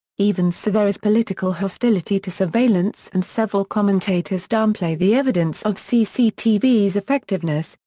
even so there is political hostility to surveillance and several commentators downplay the evidence of cctv's effectiveness,